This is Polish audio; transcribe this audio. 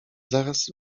zaraz